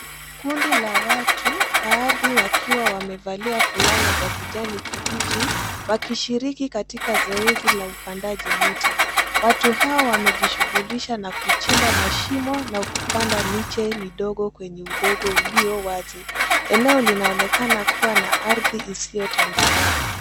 Kundi la watu, baadhi wakiwa wamevalia fulana za kijani kibichi wakishiriki katika zoezi la upandaji miti. Watu hawa wamejishughulisha na kuchimba mashimo na kupanda miche midogo kwenye udongo ulio wazi. Eneo linaonekana kuwa na ardhi isiyotambarare.